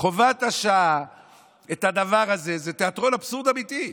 היא את הדבר הזה, זה תיאטרון אבסורד אמיתי.